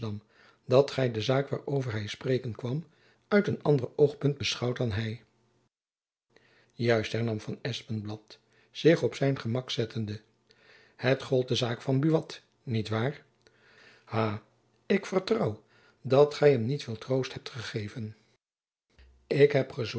dat gy de zaak waarover hy spreken kwam uit een ander oogpunt beschouwt dan hy juist hernam van espenblad zich op zijn gemak zettende het gold de zaak van buat niet waar ha ik vertrouw dat gy hem niet veel troost hebt gegeven jacob van